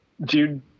dude